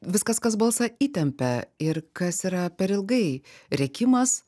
viskas kas balsą įtempia ir kas yra per ilgai rėkimas